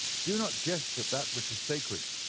do not jest at that which is sacred,